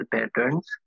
Patterns